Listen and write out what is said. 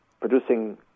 producing